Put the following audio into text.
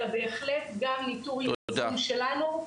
אלא בהחלט גם ניטור יזום שלנו,